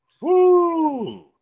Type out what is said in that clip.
Woo